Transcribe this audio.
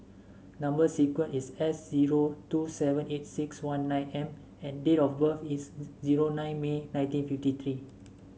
number sequence is S zero two seven eight one nine M and date of birth is zero nine May nineteen fifty three